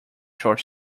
short